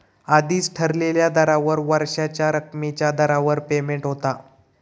आधीच ठरलेल्या दरावर वर्षाच्या रकमेच्या दरावर पेमेंट होता